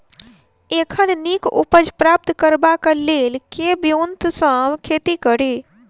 एखन नीक उपज प्राप्त करबाक लेल केँ ब्योंत सऽ खेती कड़ी?